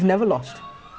on friday right